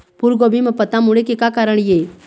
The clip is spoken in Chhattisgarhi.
फूलगोभी म पत्ता मुड़े के का कारण ये?